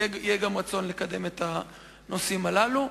יהיה גם רצון לקדם את הנושאים הללו.